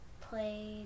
played